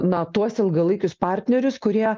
na tuos ilgalaikius partnerius kurie